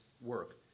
work